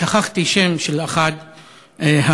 שכחתי שם של אחד ההרוגים,